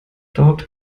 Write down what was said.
dort